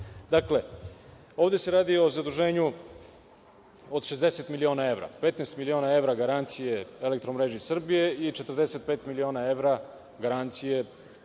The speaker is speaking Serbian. logike. Dakle, ovde se radi o zaduženju od 60 miliona evra, 15 miliona evra garancije „Elektromreži Srbije“ i 45 miliona evra garancije